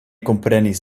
komprenis